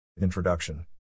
Introduction